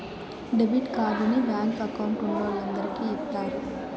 debit కార్డుని bank account ఉన్నోలందరికి ఇత్తారు